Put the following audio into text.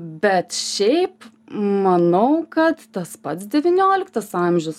bet šiaip manau kad tas pats devynioliktas amžius